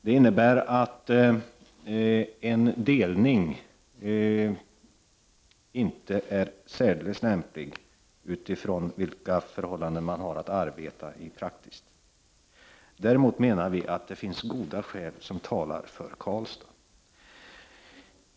Det innebär att en delning inte är särdeles lämplig, utifrån de förhållanden som man har att arbeta i praktiskt. Det finns goda skäl som talar för Karlstad.